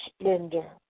splendor